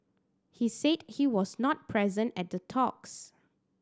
he said he was not present at the talks